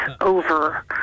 over